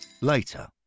Later